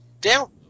down